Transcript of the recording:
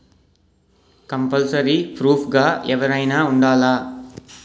Compulsory proof గా ఎవరైనా ఉండాలా?